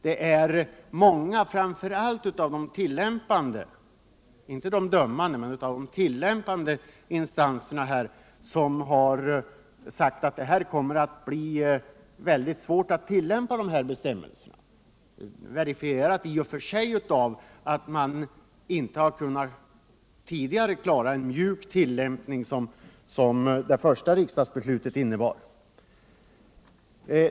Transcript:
Många av instanserna — framför allt de tillämpande, inte de dömande —- har yttrat att det kommer att bli mycket svårt att tillämpa dessa bestämmelser. Detta i och för sig verifierat av att man tidigare inte kunnat klara en mjuk tillämpning som det första riksdagsbeslutet förutsatte.